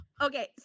Okay